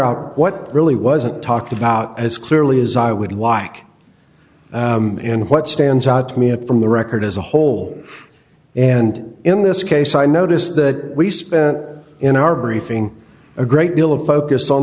out what really wasn't talked about as clearly as i would walk in what stands out to me up from the record as a whole and in this case i notice that we spent in our briefing a great deal of focus on